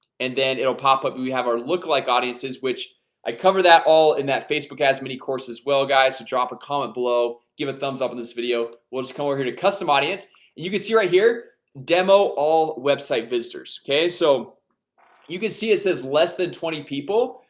and then it will pop up we have our look like audiences which i cover that all in that facebook as mini course as well guys to drop a comment below give a thumbs up in this video we'll just come over here to custom audience you can see right here demo all website visitors, okay, so you can see it says less than twenty people,